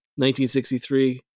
1963